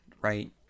right